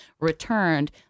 returned